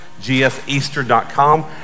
gseaster.com